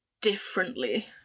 differently